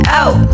out